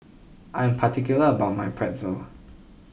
I am particular about my Pretzel